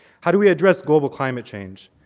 how do we address global climate change,